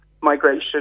migration